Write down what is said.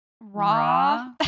raw